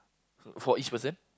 so for each person